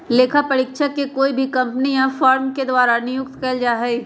लेखा परीक्षक के कोई भी कम्पनी या फर्म के द्वारा नियुक्त कइल जा हई